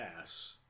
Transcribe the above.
ass